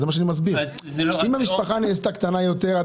אם המשפחה קטנה יותר,